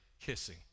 kissing